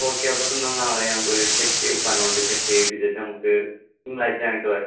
okay അതൊക്കെ എന്നാൽ നാളെ ഞാൻ പോയി ചെക്ക് ചെയ് ഉപ്പാനെകൊണ്ട് ചെക്ക് ചെയ്യിപ്പിച്ചിട്ട് നമുക്ക് തിങ്കളാഴ്ച്ച ഞാൻ അങ്ങോട്ട് വരാം